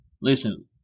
listen